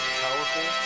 powerful